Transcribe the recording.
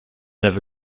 never